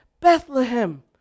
Bethlehem